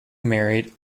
married